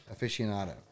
aficionado